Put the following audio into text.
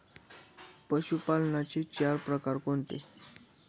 पशुपालनाचे चार प्रकार कोणते?